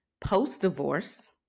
post-divorce